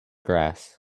grass